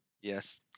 Yes